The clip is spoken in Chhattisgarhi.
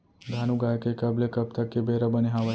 धान उगाए के कब ले कब तक के बेरा बने हावय?